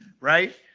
right